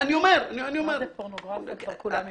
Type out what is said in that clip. מה זה פורנוגרפיה כבר כולם יודעים.